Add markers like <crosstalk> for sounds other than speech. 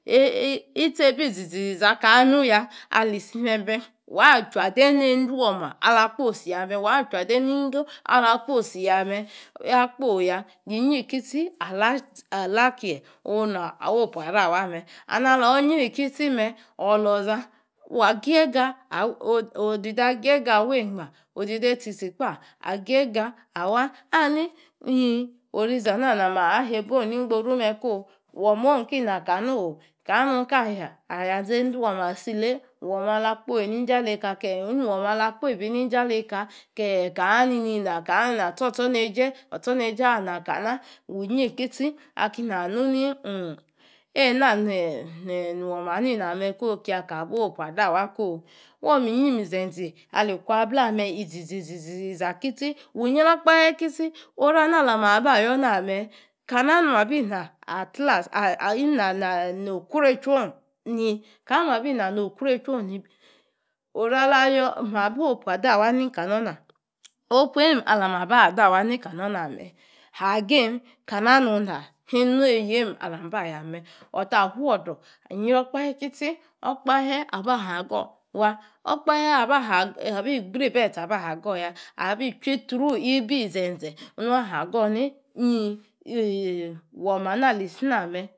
Eii ichei bi zizi ziza akah nu ya ali si meme waa chua dei ni yeindua oma ala kposi ya me. Waa chua de wingo ala kposi ya me. A kpoi ya. Yiyrikisi alaa ke onua awopu arawa me. Ana alo yrikisi me oor loza waa geiga aa odidee a gei ga aweingba. Odide tchi tchi agenga aa aha nii ing oriza na na maha hei bong ming boru me koo. Woma ong kina kana o. Kana nung ka ya, aya nein du wo ma atsi lei? Woma ala kpoi ninja lei ka ke nu woma ala kpeibi ninja leika? Kekanei ni na kam nei naa tchor otchoneje? Otchor neija ma kana. Wu yri kesi akei na nu nii inng eina niwoma na iname ke akooraba wopu adawa ko womi yri minzeze ali kwaabla me izizi ziza kitsi wuu yri okaphe kitsi-ona na alame ba yoor na m kana nung abi naa at last ayi inana no okruei etchuong ni? Orua ala yoor ahin aba wopu aba wa ni kana, opu alam aba da wa ni ka noor na, opueim alami aba dawa ni ka no name hagim. Kana nung ina hin nwe eyeim ala mi aba yaa me. Otah fuodor inyro kpahe kitchi okpahe aba haa goor waa. Okpahe aba abi gri be tcho aba ha goor ya. Abi tchia through abinzeze nuga haa goor nii eing ii woma no ali si na me. <unintelligible>